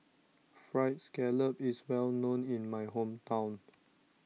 Fried Scallop is well known in my hometown